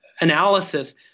analysis